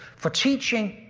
for teaching